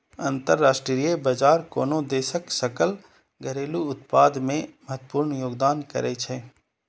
अंतरराष्ट्रीय व्यापार कोनो देशक सकल घरेलू उत्पाद मे महत्वपूर्ण योगदान करै छै